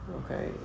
okay